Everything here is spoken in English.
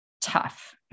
tough